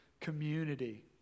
community